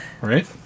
right